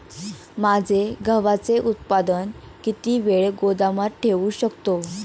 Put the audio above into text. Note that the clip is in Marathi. माझे गव्हाचे उत्पादन किती वेळ गोदामात ठेवू शकतो?